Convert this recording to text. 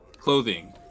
clothing